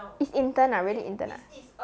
is intern ah really intern ah